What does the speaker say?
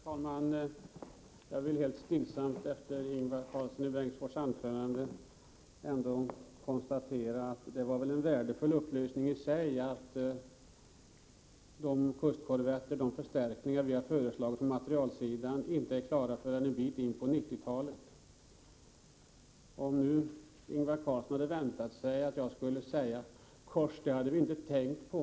Herr talman! Efter Ingvar Karlssons i Bengtsfors anförande vill jag helt stillsamt bara konstatera att det i sig väl var en värdefull upplysning att de förstärkningar som vi moderater har föreslagit på materielsidan inte kan utnyttjas förrän en bit in på 90-talet. Ingvar Karlsson hade kanske väntat sig att jag skulle säga: Kors, det hade vi inte tänkt på!